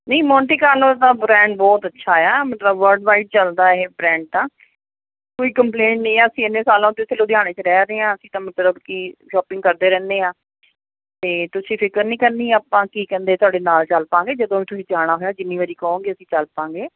ਨਹੀਂ Monte Carlo ਦਾ brand ਬਹੁਤ ਅੱਛਾ ਆ ਮਤਲਬ ਵਰਡਵਾਈਡ ਚੱਲਦਾ ਇਹ ਬਰੈਂਡ ਤਾਂ ਕੋਈ ਕੰਪਲੇਂਟ ਨਹੀਂ ਅਸੀਂ ਇੰਨੇ ਸਾਲਾਂ ਤੋਂ ਇੱਥੇ ਲੁਧਿਆਣੇ 'ਚ ਰਹਿ ਰਹੇ ਹਾਂ ਅਸੀਂ ਤਾਂ ਮਤਲਬ ਕਿ ਸ਼ੋਪਿੰਗ ਕਰਦੇ ਰਹਿੰਦੇ ਹਾਂ ਅਤੇ ਤੁਸੀਂ ਫਿਕਰ ਨਹੀਂ ਕਰਨੀ ਆਪਾਂ ਕੀ ਕਹਿੰਦੇ ਤੁਹਾਡੇ ਨਾਲ ਚੱਲ ਪਵਾਂਗੇ ਜਦੋਂ ਵੀ ਤੁਸੀਂ ਜਾਣਾ ਹੋਇਆ ਜਿੰਨੀ ਵਾਰੀ ਕਹੋਗੇ ਅਸੀਂ ਚੱਲ ਪਵਾਂਗੇ